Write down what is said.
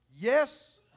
Yes